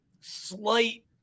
slight